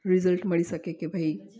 result મળી શકે કે ભઈ